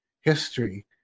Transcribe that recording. history